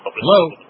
Hello